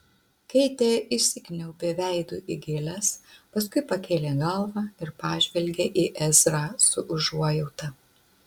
keitė įsikniaubė veidu į gėles paskui pakėlė galvą ir pažvelgė į ezrą su užuojauta